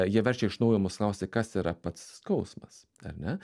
jie verčia iš naujo mus klausti kas yra pats skausmas ar ne